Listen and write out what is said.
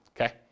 Okay